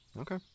Okay